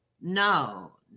no